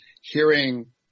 hearing